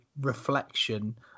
reflection